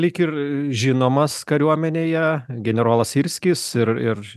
lyg ir žinomas kariuomenėje generolas syrskis ir ir